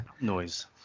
Noise